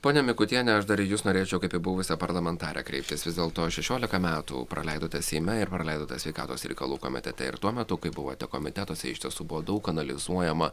ponia mikutiene aš dar į jus norėčiau kaip į buvusią parlamentarę kreiptis vis dėlto šešiolika metų praleidote seime ir praleidote sveikatos reikalų komitete ir tuo metu kai buvote komitetuose iš tiesų buvo daug analizuojama